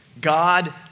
God